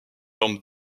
forme